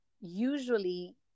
usually